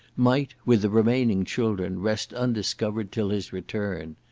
might with the remaining children rest undiscovered till his return.